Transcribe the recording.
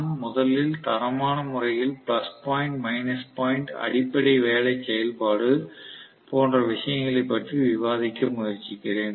நான் முதலில் தரமான முறையில் பிளஸ் பாயிண்ட் மைனஸ் பாயிண்ட் அடிப்படை வேலை செயல்பாடு போன்ற விஷயங்களைப் பற்றி விவாதிக்க முயற்சிக்கிறேன்